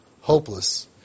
hopeless